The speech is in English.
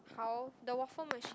how the waffle machine